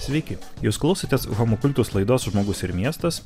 sveiki jūs klausotės homo kultus laidos žmogus ir miestas